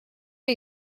are